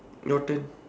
your turn